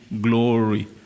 glory